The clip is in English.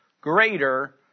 greater